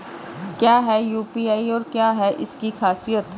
क्या है यू.पी.आई और क्या है इसकी खासियत?